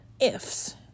ifs